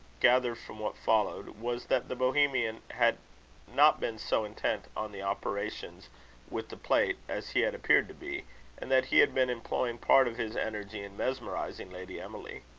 gathered from what followed, was, that the bohemian had not been so intent on the operations with the plate, as he had appeared to be and that he had been employing part of his energy in mesmerising lady emily.